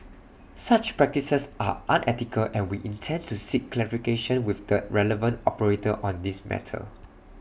such practices are unethical and we intend to seek clarification with the relevant operator on this matter